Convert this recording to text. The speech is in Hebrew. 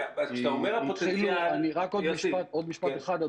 כשאתה אומר הפוטנציאל --- רק עוד משפט אחד,